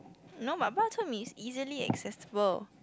no but Bak-chor-mee is easily accessible